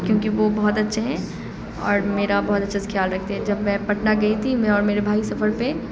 کیونکہ وہ بہت اچھے ہیں اور میرا بہت اچھے سے خیال رکھتے ہیں جب میں پٹنہ گئی تھی میں اور میرے بھائی سفر پہ